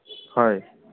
হয়